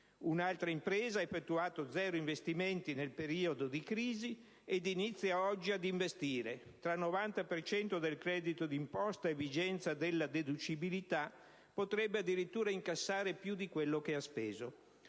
Un'altra impresa ha effettuato zero investimenti nel periodo di crisi e inizia oggi ad investire: tra 90 per cento del credito d'imposta e vigenza della deducibilità, potrebbe addirittura incassare più di quello che ha speso.